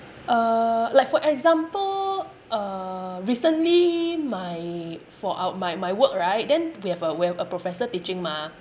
uh like for example uh recently my for ou~ my my work right then we have a we have a professor teaching mah